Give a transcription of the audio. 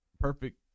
Perfect